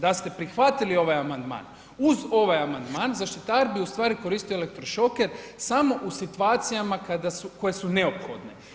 Da ste prihvatili ovaj amandman uz ovaj amandman zaštitar bi koristio elektrošoker samo u situacijama koje su neophodne.